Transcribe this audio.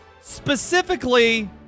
Specifically